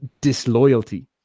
disloyalty